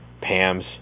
Pam's